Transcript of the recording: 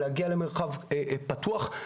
להגיע למרחב פתוח.